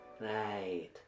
Right